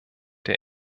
der